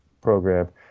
program